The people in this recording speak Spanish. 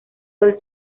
del